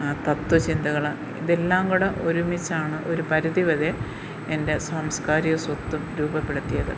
തത്വ ചിന്തകൾ ഇതെല്ലാം കൂടി ഒരുമിച്ചാണ് ഒരു പരിധി വരെ എൻ്റെ സാംസ്ക്കാരിക സ്വത്ത്വം രൂപപ്പെടുത്തിയത്